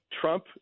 Trump